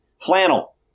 Flannel